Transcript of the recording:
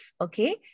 okay